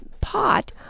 pot